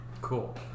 Cool